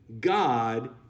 God